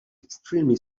extremely